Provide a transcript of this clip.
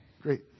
Great